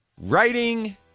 writing